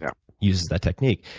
yeah uses that technique.